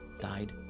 died